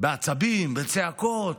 בעצבים ובצעקות: